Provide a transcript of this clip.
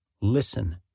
Listen